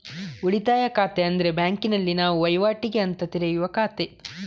ಉಳಿತಾಯ ಖಾತೆ ಅಂದ್ರೆ ಬ್ಯಾಂಕಿನಲ್ಲಿ ನಾವು ವೈವಾಟಿಗೆ ಅಂತ ತೆರೆಯುವ ಖಾತೆ